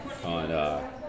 On